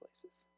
places